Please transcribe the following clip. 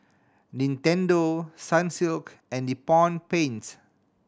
Nintendo Sunsilk and Nippon Paint